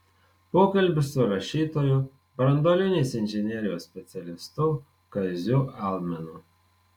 pokalbis su rašytoju branduolinės inžinerijos specialistu kaziu almenu